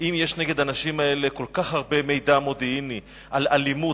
אם יש דברים שאתה רוצה לקבל הבהרות עליהם.